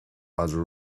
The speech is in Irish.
madra